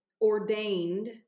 ordained